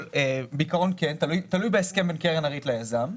תלוי בהסכם בין קרן ריט ליזם.